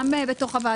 גם בתוך הוועדה,